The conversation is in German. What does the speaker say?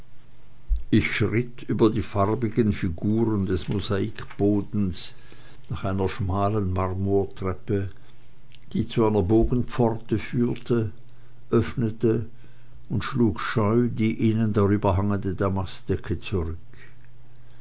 ich schritt über die farbigen figuren des mosaikhodens nach einer schmalen marmortreppe die zu einer bogenpforte führte öffnete und schlug scheu die innen darüber hangende damastdecke zurück